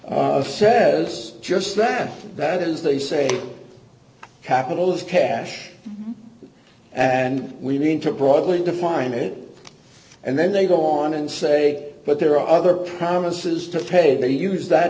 brief says just that that is they say capital is cash and we need to broadly define it and then they go on and say but there are other promises to pay they use that